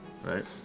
right